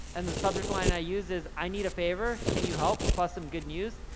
and the subject line i use is i need a favor, can you help, plus some good news,